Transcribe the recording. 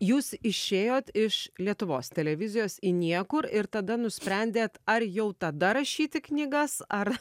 jūs išėjot iš lietuvos televizijos į niekur ir tada nusprendėt ar jau tada rašyti knygas ar